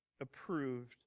approved